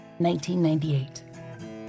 1998. ¶¶